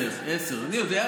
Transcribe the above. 10:00, 10:00. אני יודע?